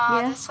ya